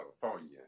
California